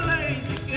Lazy